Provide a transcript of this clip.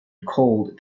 called